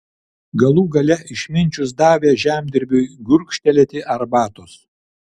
galų gale išminčius davė žemdirbiui gurkštelėti arbatos